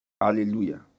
Hallelujah